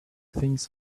things